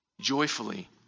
joyfully